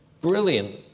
brilliant